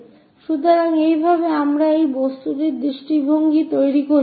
সুতরাং এইভাবে আমরা একটি বস্তুর দৃষ্টিভঙ্গি তৈরি করি